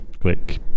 click